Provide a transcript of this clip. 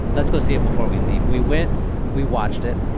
let's go see it before we leave. we went we watched it.